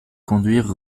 conduire